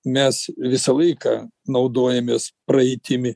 mes visą laiką naudojamės praeitimi